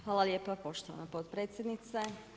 Hvala lijepa poštovana potpredsjednice.